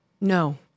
No